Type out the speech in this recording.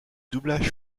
doublage